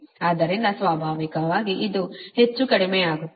ಆದ್ದರಿಂದ ಸ್ವಾಭಾವಿಕವಾಗಿ ಇದು ಹೆಚ್ಚು ಕಡಿಮೆಯಾಗುತ್ತದೆ